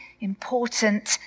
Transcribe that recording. important